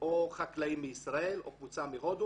או חקלאים מישראל או קבוצה מהודו.